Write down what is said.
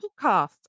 Podcast